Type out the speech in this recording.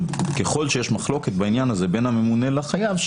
ככל שיש מחלוקת בעניין הזה בין הממונה לחייב,